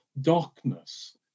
darkness